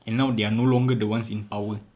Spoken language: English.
and now they are no longer the ones in power